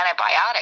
antibiotic